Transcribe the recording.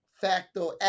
Facto